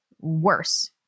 worse